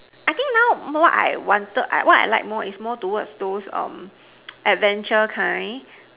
I think now what I wanted what I like most is more towards those adventure kind